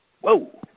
Whoa